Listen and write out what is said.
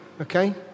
Okay